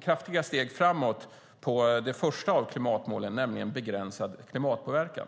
kraftiga steg framåt när det gäller det första av klimatmålen, Begränsad klimatpåverkan.